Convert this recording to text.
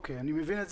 אני מבין.